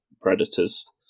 predators